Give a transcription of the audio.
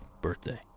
birthday